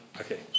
Okay